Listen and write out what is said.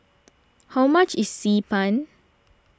how much is Xi Ban